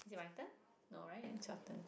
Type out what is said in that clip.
is it my turn no right it's your turn